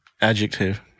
adjective